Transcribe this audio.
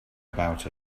about